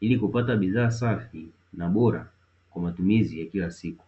ili kupata bidhaa safi na bora kwa matumizi ya kila siku.